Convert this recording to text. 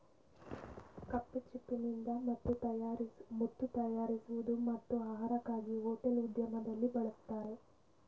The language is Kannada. ಕಪ್ಪೆಚಿಪ್ಪಿನಿಂದ ಮುತ್ತು ತಯಾರಿಸುವುದು ಮತ್ತು ಆಹಾರಕ್ಕಾಗಿ ಹೋಟೆಲ್ ಉದ್ಯಮದಲ್ಲಿ ಬಳಸ್ತರೆ